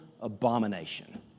abomination